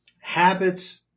Habits